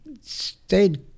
stayed